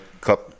Cup